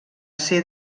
ser